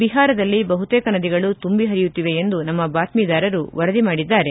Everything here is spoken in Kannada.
ಬಿಹಾರದಲ್ಲಿ ಬಹುತೇಕ ನದಿಗಳು ತುಂಬಿ ಹರಿಯುತ್ತಿವೆ ಎಂದು ನಮ್ನ ಬಾತ್ಸೀದಾರರು ವರದಿ ಮಾಡಿದ್ದಾರೆ